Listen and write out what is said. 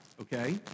okay